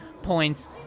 points